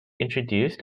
introduced